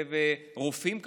ורופאים,